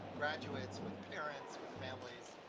graduates with parents, with families,